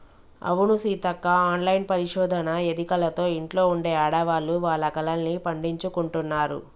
అవును సీతక్క ఆన్లైన్ పరిశోధన ఎదికలతో ఇంట్లో ఉండే ఆడవాళ్లు వాళ్ల కలల్ని పండించుకుంటున్నారు